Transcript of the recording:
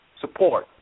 support